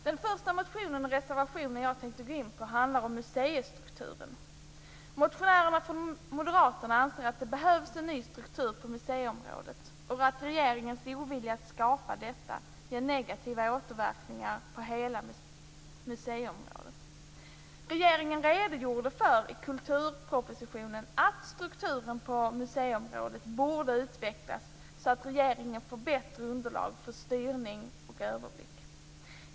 Den första motion och den första reservation som jag tänker gå in på handlar om museistrukturen. De moderata motionärerna anser att det behövs en ny struktur på museiområdet och att regeringens ovillighet att skapa en sådan ger återverkningar på hela museiområdet. Regeringen redogjorde i kulturpropositionen för att strukturen på museiområdet borde utvecklas så att regeringen får bättre underlag för styrning och överblick.